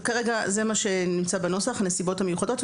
זה מה שנמצא בנוסח, הנסיבות המיוחדות.